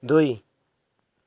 दुई